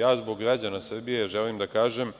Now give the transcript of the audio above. Ja zbog građana Srbije želim da kažem